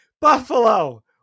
Buffalo